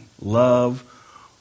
love